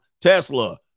Tesla